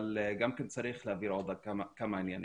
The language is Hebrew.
אבל גם צריך להבהיר עוד כמה עניינים.